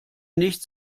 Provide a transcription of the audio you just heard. nicht